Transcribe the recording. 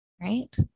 right